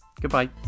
Goodbye